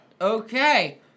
Okay